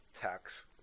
Tax